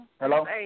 Hello